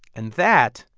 and that,